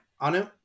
Anu